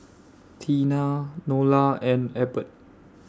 Teena Nola and Ebert